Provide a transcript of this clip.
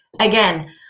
again